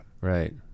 Right